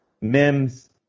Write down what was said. Mims